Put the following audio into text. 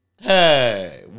Hey